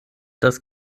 das